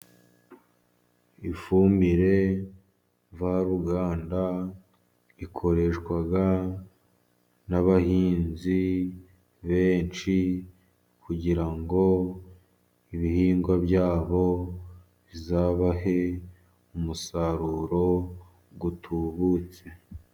Ifumbire mvaruganda ikoreshwa n'abahinzi benshi, kugira ngo ibihingwa byabo bizabahe umusaruro utubutse.